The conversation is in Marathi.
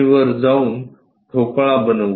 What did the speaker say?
वर जाऊन ठोकळा बनवू